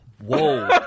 whoa